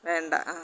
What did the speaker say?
വേണ്ട